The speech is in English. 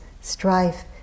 strife